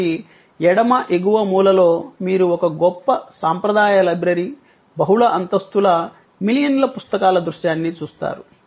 కాబట్టి ఎడమ ఎగువ మూలలో మీరు ఒక గొప్ప సాంప్రదాయ లైబ్రరీ బహుళ అంతస్తుల మిలియన్ల పుస్తకాల దృశ్యాన్ని చూస్తారు